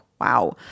wow